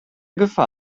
gefahr